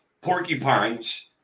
porcupines